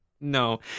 No